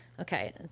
Okay